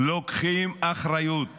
לוקחים אחריות